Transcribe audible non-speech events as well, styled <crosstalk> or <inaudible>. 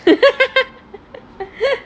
<laughs>